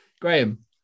Graham